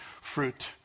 fruit